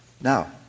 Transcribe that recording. Now